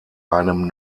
einem